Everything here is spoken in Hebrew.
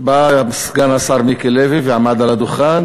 בא סגן השר מיקי לוי ועמד על הדוכן